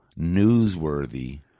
newsworthy